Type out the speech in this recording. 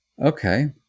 Okay